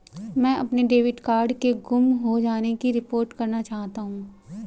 मैं अपने debit card के गुम हो जाने की रिपोर्ट करना चाहता हूँ